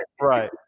Right